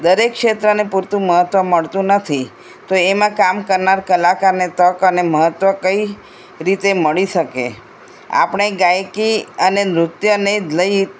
દરેક ક્ષેત્રને પૂરતું મહત્ત્વ મળતું નથી તો એમાં કામ કરનાર કલાકારને તક અને મહત્વ કઈ રીતે મળી શકે આપણે ગાયકી અને નૃત્યને જ લઈ